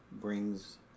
brings